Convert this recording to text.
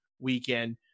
weekend